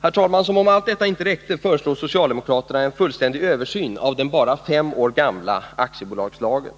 Herr talman! Som om allt detta inte räckte föreslår socialdemokraterna en fullständig översyn av den bara fem år gamla aktiebolagslagen.